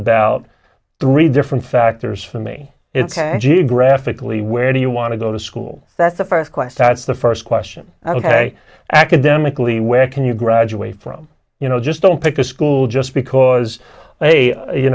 about three different factors for me it's geographically where do you want to go to school that's the first quest that's the first question ok academically where can you graduate from you know just don't pick a school just because